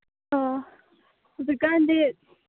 ꯑ ꯍꯧꯖꯤꯛꯀꯥꯟꯗꯤ